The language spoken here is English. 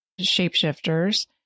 shapeshifters